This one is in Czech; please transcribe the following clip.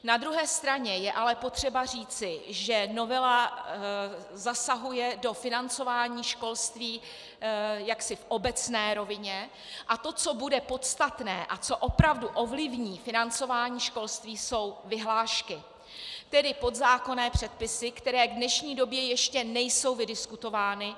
Na druhé straně je ale potřeba říci, že novela zasahuje do financování školství v obecné rovině a to, co bude podstatné a co opravdu ovlivní financování školství, jsou vyhlášky, tedy podzákonné předpisy, které v dnešní době ještě nejsou vydiskutovány.